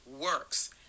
works